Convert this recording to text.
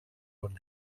wolle